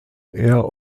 air